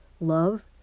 Love